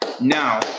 Now